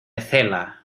cela